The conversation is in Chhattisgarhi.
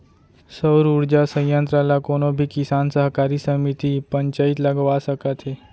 सउर उरजा संयत्र ल कोनो भी किसान, सहकारी समिति, पंचईत लगवा सकत हे